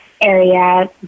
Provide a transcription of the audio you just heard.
area